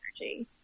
energy